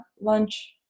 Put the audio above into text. lunch